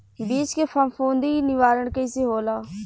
बीज के फफूंदी निवारण कईसे होला?